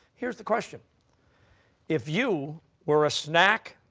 here's the question if you were a snack,